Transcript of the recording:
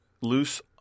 loose